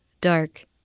dark